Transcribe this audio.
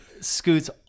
scoots